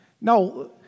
No